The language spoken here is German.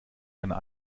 einer